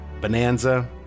Bonanza